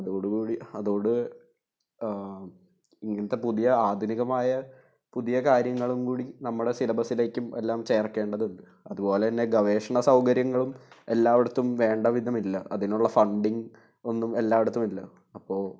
അതോടെ ഇങ്ങനത്തെ പുതിയ ആധുനികമായ പുതിയ കാര്യങ്ങളും കൂടി നമ്മുടെ സിലബസ്സിലേക്കും എല്ലാം ചേർക്കേണ്ടതുണ്ട് അതുപോലെതന്നെ ഗവേഷണ സൗകര്യങ്ങളും എല്ലാ ഇടത്തും വേണ്ടവിധമില്ല അതിനുള്ള ഫണ്ടിംഗ് ഒന്നും എല്ലാ ഇടത്തും ഇല്ല അപ്പോള്